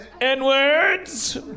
N-Words